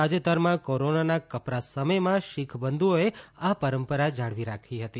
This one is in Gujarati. તાજેતરમાં કોરોનાના કપરા સમયમાં શીખબંધુઓએ આ પરંપરા જાળવી રાખી હતી